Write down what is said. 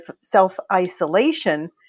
self-isolation